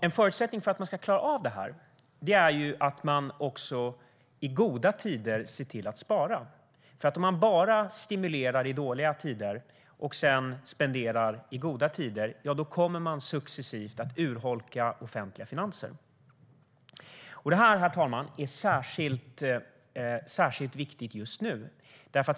En förutsättning för att klara av detta är att man i goda tider ser till att spara. Om man bara stimulerar i dåliga tider och sedan spenderar i goda tider kommer man nämligen successivt att urholka de offentliga finanserna. Detta, herr talman, är särskilt viktigt just nu.